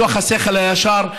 מתוך השכל הישר,